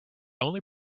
only